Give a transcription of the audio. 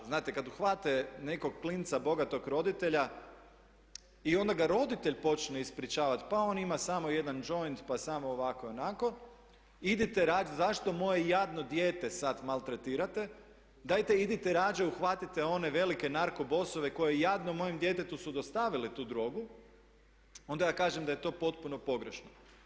Znate kada uhvate nekog klinca bogatog roditelja i onda ga roditelj počne ispričavati pa on ima samo jedan džoint, pa samo ovako i onako idite raditi, zašto moje jadno dijete sada maltretirate, dajte idite radije, uhvatite one velike narko bossove koji jadnom mojem djetetu su dostavili tu drogu, onda ja kažem da je to potpuno pogrešno.